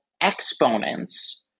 exponents